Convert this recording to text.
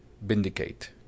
Vindicate